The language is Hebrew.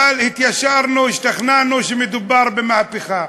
אבל התיישרנו, השתכנענו שמדובר במהפכה,